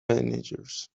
managers